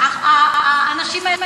האנשים האלה.